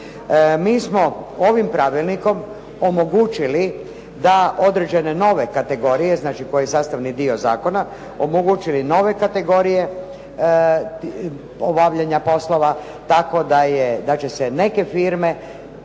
Mi smo ovim pravilnikom omogućili da određene nove kategorije, znači koji je sastavni dio zakona omogućili nove kategorije obavljanja poslova tako da će se neke firme